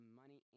money